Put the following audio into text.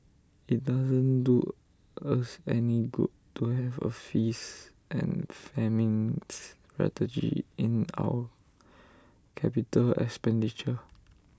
IT doesn't do us any good to have A feast and famine strategy in our capital expenditure